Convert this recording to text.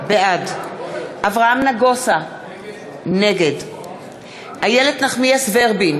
בעד אברהם נגוסה, נגד איילת נחמיאס ורבין,